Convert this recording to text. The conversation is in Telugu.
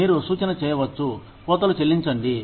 మీరు సూచన చేయవచ్చు కోతలు చెల్లించండి